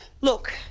Look